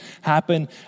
happen